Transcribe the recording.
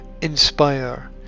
Inspire